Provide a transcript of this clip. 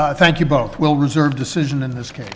thank you both will reserve decision in this case